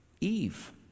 Eve